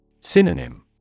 Synonym